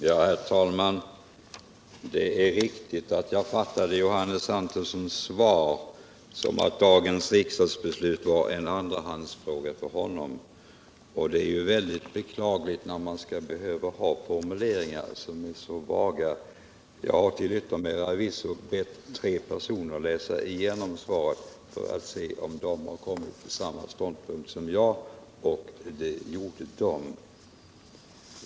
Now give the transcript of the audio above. Herr talman! Det är riktigt att jag fattade Johannes Antonssons svar som att dagens riksdagsbeslut var en andrahandsfråga för honom. Det är beklagligt att man skall behöva använda formuleringar som är så vaga. Jag har till yttermera visso bett tre personer läsa igenom svaret för att se om de kom till samma ståndpunkt som jag. Det gjorde de.